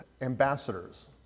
ambassadors